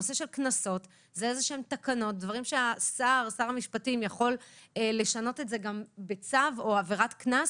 נושא של קנסות זה תקנות ששר המשפטים יכול לשנות בצו או עבירת קנס.